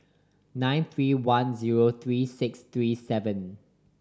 nine three one zero three six three seven